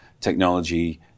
technology